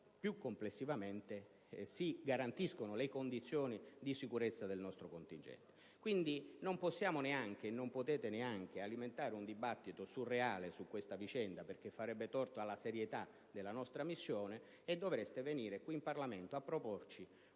più complessivamente si garantiscono le condizioni di sicurezza del nostro contingente. Quindi non possiamo, e non potete, neanche alimentare un dibattito surreale su questa vicenda, perché ciò farebbe torto alla serietà della nostra missione; dovreste quindi venire in Parlamento a proporci